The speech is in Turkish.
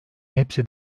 hepsi